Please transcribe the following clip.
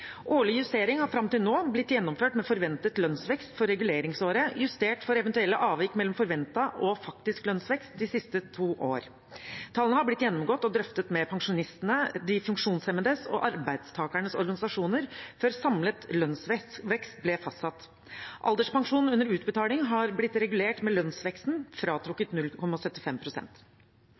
Årlig justering har fram til nå blitt gjennomført med forventet lønnsvekst for reguleringsåret justert for eventuelle avvik mellom forventet og faktisk lønnsvekst de siste to år. Tallene har blitt gjennomgått og drøftet med pensjonistenes, de funksjonshemmedes og arbeidstakernes organisasjoner før samlet lønnsvekst ble fastsatt. Alderspensjon under utbetaling har blitt regulert med lønnsveksten fratrukket